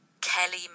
Kelly